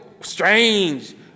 strange